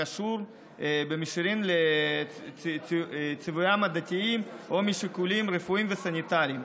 הקשור במישרין לציוויים דתיים או שיקולים רפואיים וסניטריים.